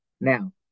Now